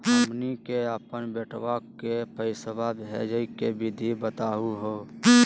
हमनी के अपन बेटवा क पैसवा भेजै के विधि बताहु हो?